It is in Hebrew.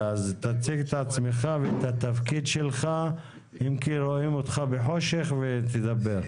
תציג את עצמך ואת התפקיד שלך אם כי רואים אותך בחושך ותדבר.